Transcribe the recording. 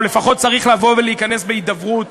או לפחות צריך לבוא ולהיכנס להידברות.